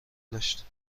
داشت